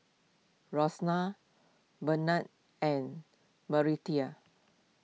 Burnell and Meredith